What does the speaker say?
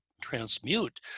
transmute